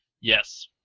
Yes